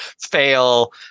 fail